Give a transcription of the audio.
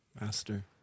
Master